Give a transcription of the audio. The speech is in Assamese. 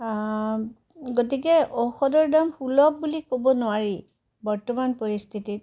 গতিকে ঔষধৰ দাম সুলভ বুলি ক'ব নোৱাৰি বৰ্তমান পৰিস্থিতিত